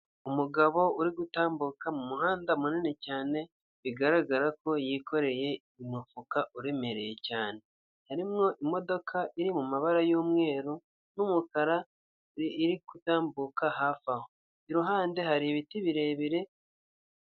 Umugabo uri gutambuka mu muhanda munini cyane, bigaragara ko yikoreye imifuka uremereye cyane. Harimwo imodoka iri mumabara y'umweru n'umukara, iri gutambuka hafi aho. Iruhande hari ibiti birebire,...